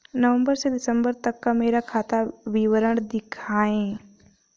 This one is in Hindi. नवंबर से दिसंबर तक का मेरा खाता विवरण दिखाएं?